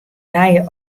nije